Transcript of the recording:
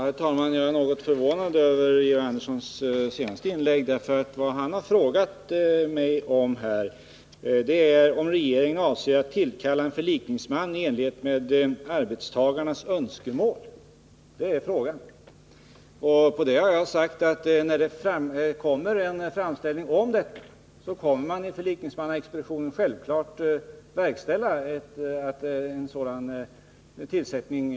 Herr talman! Jag är något förvånad över Georg Anderssons senaste inlägg. Vad han har frågat är om regeringen avser att tillkalla en förlikningsman i enlighet med arbetstagarnas önskemål. Det är Georg Anderssons fråga. På den har jag svarat att när man får en framställning om detta så kommer 15 förlikningsmannaexpeditionen självfallet att se till att det tillsätts en förlikningsman.